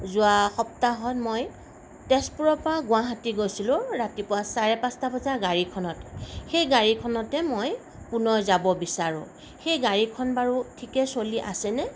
যোৱা সপ্তাহত মই তেজপুৰৰ পৰা গুৱাহাটী গৈছিলোঁ ৰাতিপুৱা চাৰে পাঁচটা গাড়ীখনত সেই গাড়ীখনতে মই পুনৰ যাব বিচাৰোঁ সেই গাড়ীখন বাৰু ঠিকে চলি আছেনে